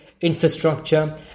Infrastructure